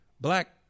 black